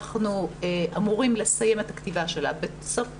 אנחנו אמורים לסיים את הכתיבה שלה בסוף תשפ"א,